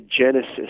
genesis